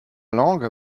langue